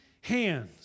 hands